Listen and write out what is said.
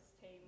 team